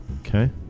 Okay